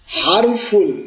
harmful